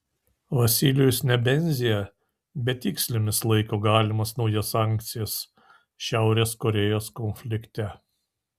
vasilijus nebenzia betikslėmis laiko galimas naujas sankcijas šiaurės korėjos konflikte